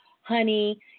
honey